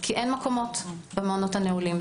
כי אין מקומות במעונות הנעולים.